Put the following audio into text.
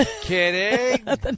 Kidding